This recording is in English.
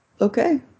okay